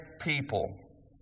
people